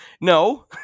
No